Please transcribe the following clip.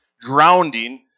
drowning